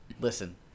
Listen